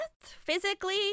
Physically